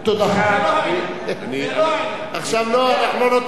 אנחנו לא נותנים ציונים, הוא משיב רק על הצורך.